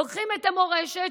לוקחים את המורשת,